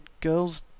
girls